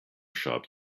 shop